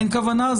אין כוונה?